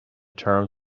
terms